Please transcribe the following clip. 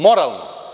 Moralnu?